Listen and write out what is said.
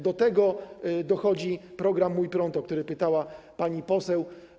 Do tego dochodzi program „Mój prąd”, o który pytała pani poseł.